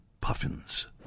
puffins